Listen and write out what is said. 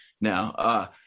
now